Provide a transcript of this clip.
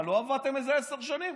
מה, לא עבדתם איזה עשר שנים?